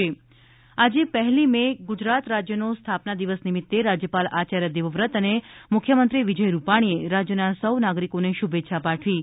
રાજ્ય સ્થાપના દિવસ આજે પહેલી મે ગુજરાત રાજ્યનો સ્થાપના દિવસ નિમિત્તે રાજ્યપાલ આયાર્ય દેવવ્રત અને મુખ્યમંત્રી વિજય રૂપાણીએ રાજ્યના સૌ નાગરિકોને શુભેચ્છા પાઠવી છે